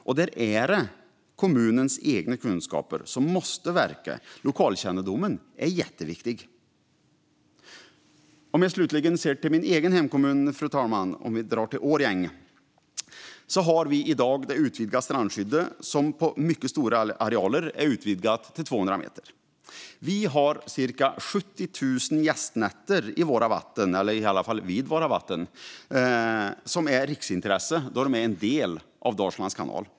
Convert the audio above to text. Och där är det kommunens egna kunskaper som måste få verka. Lokalkännedomen är jätteviktig. Om jag slutligen ser till min egen hemkommun Årjäng, fru talman, har vi i dag det utvidgade strandskyddet som på mycket stora arealer är utvidgat till 200 meter. Vi har cirka 70 000 gästnätter vid våra vatten, som är riksintressen då de är en del av Dalslands kanal.